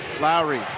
Lowry